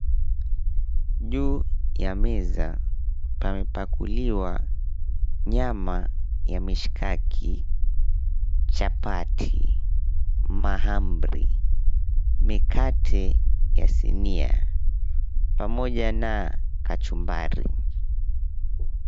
Juu ya meza pamepakuliwa nyama ya mishakaki, chapati, mahamri, mikate ya sinia pamoja na kachumbari.